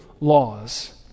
laws